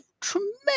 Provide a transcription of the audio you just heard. tremendous